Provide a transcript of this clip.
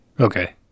okay